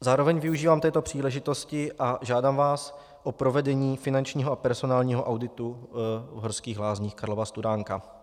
Zároveň využívám této příležitosti a žádám vás o provedení finančního a personálního auditu v Horských lázních Karlova Studánka.